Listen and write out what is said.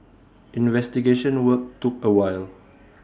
investigation work took A while